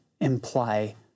imply